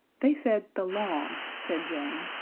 they said the lawn, said jane.